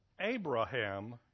Abraham